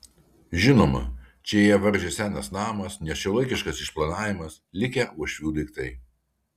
žinoma čia ją varžė senas namas nešiuolaikiškas išplanavimas likę uošvių daiktai